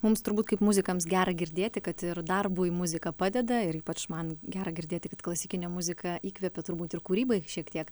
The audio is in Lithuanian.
mums turbūt kaip muzikams gera girdėti kad ir darbui muzika padeda ir ypač man gera girdėti kad klasikinė muzika įkvepia turbūt ir kūrybai šiek tiek